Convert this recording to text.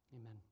Amen